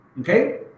okay